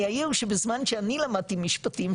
אני אעיר שבזמן שאני למדתי משפטים,